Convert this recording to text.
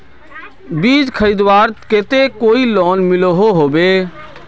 बीज खरीदवार केते कोई लोन मिलोहो होबे?